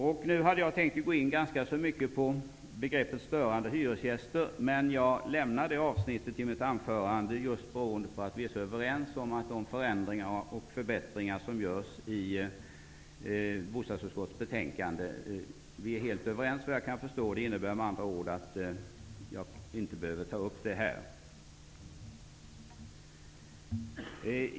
Jag hade tänkt att nu gå in på begreppet störande hyresgäster, men jag lämnar det avsnittet just beroende på att vi är helt överens om de förändringar och förbättringar som görs i bostadsutskottets betänkande. Herr talman!